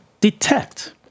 detect